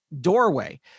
doorway